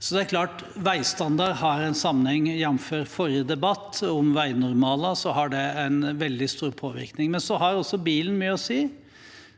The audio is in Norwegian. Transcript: Så det er klart at veistandard henger sammen med dette, og jamfør forrige debatt om veinormaler har det en veldig stor påvirkning. Så har også bilen mye å si.